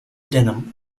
denim